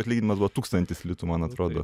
atlyginimas buvo tūkstantis litų man atrodo